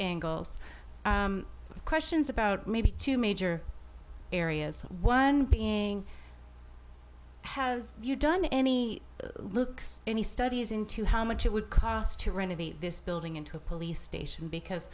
angles questions about maybe two major areas one being has you done any looks any studies into how much it would cost to renovate this building into a police station because